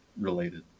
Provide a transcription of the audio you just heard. related